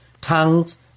tongues